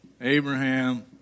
Abraham